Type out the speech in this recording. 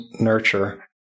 nurture